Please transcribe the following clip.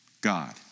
God